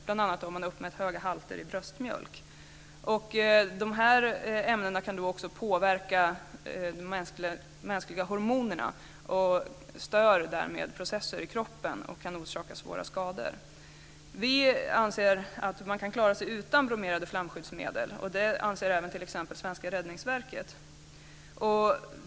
Bl.a. har man uppmätt höga halter i bröstmjölk. De här ämnena kan också påverka de mänskliga hormonerna. De stör därmed processer i kroppen och kan orsaka svåra skador. Vi anser att man kan klara sig utan bromerade flamskyddsmedel, och det anser även t.ex. Räddningsverket.